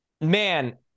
man